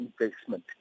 investment